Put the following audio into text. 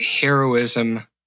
heroism